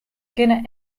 kinne